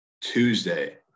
Tuesday